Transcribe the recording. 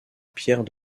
pierres